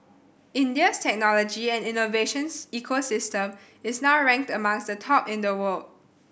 India's technology and innovation ecosystem is now ranked amongst the top in the world